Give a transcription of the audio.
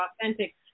authentic